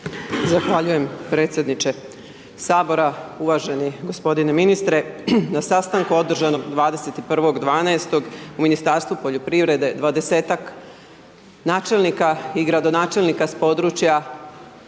Zahvaljujem predsjedniče Sabora, uvaženi gospodine ministre. Na sastanku održanog 21.12. u Ministarstvu poljoprivrede, 20-tak načelnika i gradonačelnika s područja